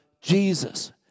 Jesus